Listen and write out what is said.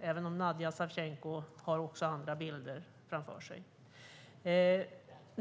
även om Nadija Savtjenko har andra bilder framför sig.